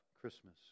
Christmas